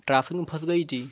traffic میں پھنس گئی تھی